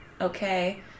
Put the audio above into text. okay